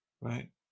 Right